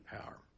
power